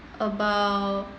about